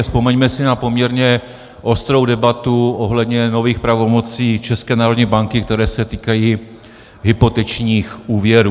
A vzpomeňme si na poměrně ostrou debatu ohledně nových pravomocí České národní banky, které se týkají hypotečních úvěrů.